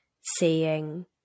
seeing